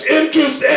interest